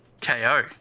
KO